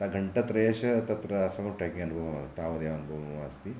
अतः घण्टात्रयस्य तत्र अस्माकं ट्रक्किङ्ग् अनुभवः तावदेव अनुभवः अस्ति